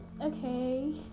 Okay